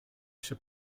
się